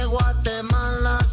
Guatemala